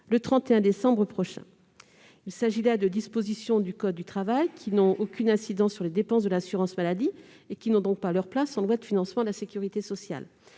le 31 décembre prochain. Il s'agit là de dispositions du code du travail qui n'ont aucune incidence sur les dépenses de l'assurance maladie, et qui n'ont donc pas leur place en LFSS. Le Conseil constitutionnel